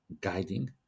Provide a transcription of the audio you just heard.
guiding